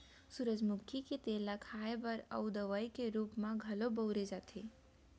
सूरजमुखी के तेल ल खाए बर अउ दवइ के रूप म घलौ बउरे जाथे